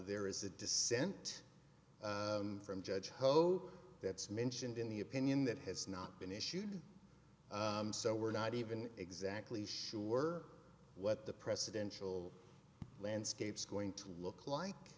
there is a dissent from judge ho that's mentioned in the opinion that has not been issued so we're not even exactly sure what the presidential landscapes going to look like